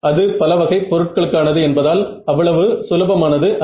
அது பலவகை பொருட்களுக்கானது என்பதால் அவ்வளவு சுலபமானது அல்ல